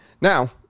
Now